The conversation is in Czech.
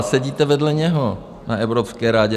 Sedíte vedle něho na Evropské radě.